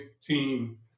team